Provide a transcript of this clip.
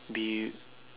be